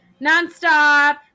nonstop